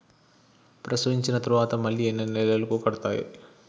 ప్రసవించిన తర్వాత మళ్ళీ ఎన్ని నెలలకు కడతాయి?